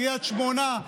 קריית שמונה,